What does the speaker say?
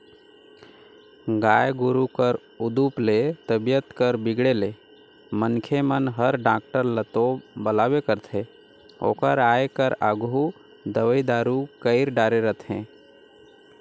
गाय गोरु कर उदुप ले तबीयत कर बिगड़े ले मनखे मन हर डॉक्टर ल तो बलाबे करथे ओकर आये कर आघु दवई दारू कईर डारे रथें